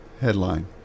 headline